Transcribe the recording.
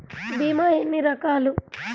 భీమ ఎన్ని రకాలు?